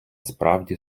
справді